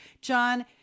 john